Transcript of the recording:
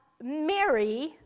Mary